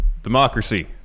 democracy